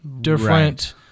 different